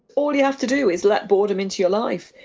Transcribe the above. all you have to do is let boredom into your life,